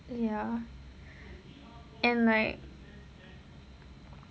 ya and like